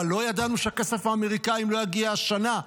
מה, לא ידענו שהכסף האמריקני לא יגיע השנה?